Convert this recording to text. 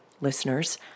listeners